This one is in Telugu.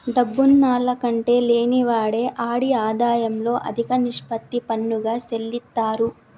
డబ్బున్నాల్ల కంటే లేనివాడే ఆడి ఆదాయంలో అదిక నిష్పత్తి పన్నుగా సెల్లిత్తారు